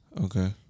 Okay